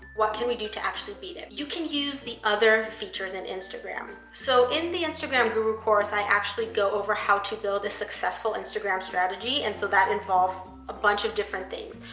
what can we do to actually beat it? you can use the other features in instagram. so in the instagram google course, i actually go over how to build a successful instagram strategy, and so that involves a bunch of different things.